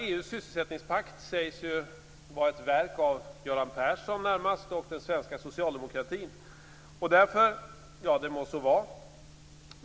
EU:s sysselsättningspakt sägs ju vara ett verk av Göran Persson närmast och den svenska socialdemokratin. Det må så vara.